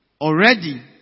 Already